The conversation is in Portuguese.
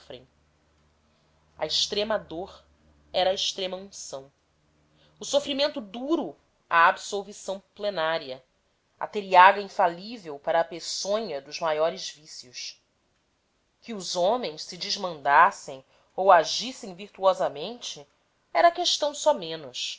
sofrem a extrema dor era a extrema-unção o sofrimento duro a absolvição plenária a teriaga infalível para a peçonha dos maiores vícios que os homens se desmandassem ou agissem virtuosamente era questão somenos